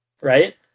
Right